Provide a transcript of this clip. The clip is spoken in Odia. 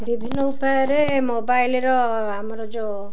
ବିଭିନ୍ନ ଉପାୟରେ ମୋବାଇଲର ଆମର ଯେଉଁ